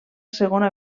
segona